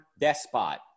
despot